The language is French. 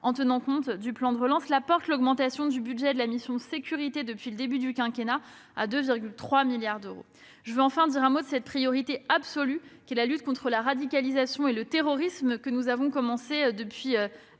en compte le plan de relance. Cela porte l'augmentation du budget de cette mission depuis le début du quinquennat à 2,3 milliards d'euros. Je dirai enfin un mot de la priorité absolue qu'est la lutte contre la radicalisation et le terrorisme. Nous avons commencé, dès 2017,